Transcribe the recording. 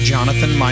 Jonathan